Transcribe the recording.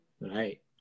Right